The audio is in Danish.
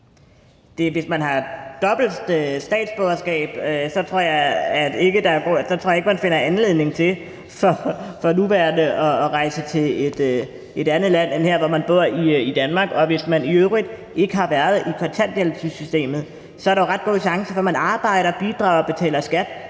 Hvis man har dobbelt statsborgerskab, tror jeg ikke, man for nuværende finder anledning til at rejse til et andet land, men at man vil blive her i Danmark, hvor man bor. Og hvis man i øvrigt ikke har været i kontanthjælpssystemet, er der jo en ret god chance for, at man arbejder, bidrager og betaler skat